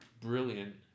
brilliant